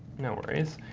no worries.